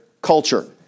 culture